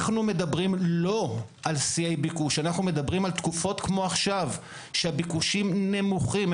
אנו מדברים לא על שיאי ביקוש אלא על תקופות כמו עכשיו שהביקושים נמוכים.